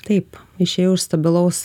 taip išėjau iš stabilaus